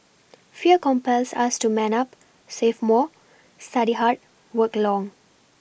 fear compels us to man up save more study hard work long